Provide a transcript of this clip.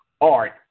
art